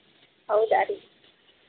ಹೌದಾ ರೀ